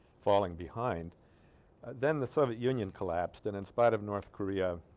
falling behind then the soviet union collapsed and in spite of north korea